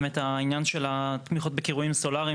באמת העניין של התמיכות בקרויים סולריים